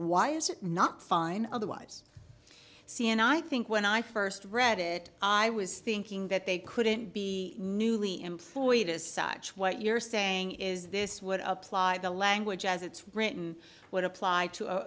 why is it not fine otherwise c n i think when i first read it i was thinking that they couldn't be newly employed as side what you're saying is this would apply the language as it's written would apply to